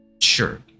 sure